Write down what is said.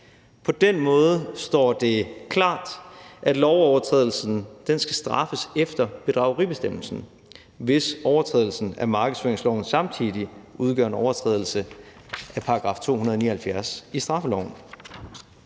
På den måde står det klart, at lovovertrædelsen skal straffes efter bedrageribestemmelsen, hvis overtrædelsen af markedsføringsloven samtidig udgør en overtrædelse af § 279 i straffeloven.